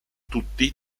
tutti